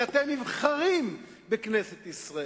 כי אתם נבחרים בכנסת ישראל.